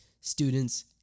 students